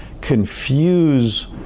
confuse